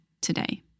today